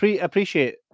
appreciate